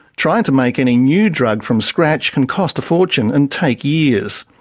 trying to make any new drug from scratch can cost a fortune and take years.